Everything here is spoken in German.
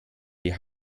die